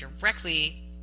directly